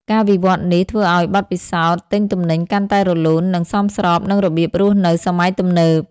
ការវិវត្តន៍នេះធ្វើឲ្យបទពិសោធន៍ទិញទំនិញកាន់តែរលូន និងសមស្របនឹងរបៀបរស់នៅសម័យទំនើប។